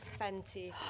Fenty